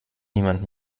niemand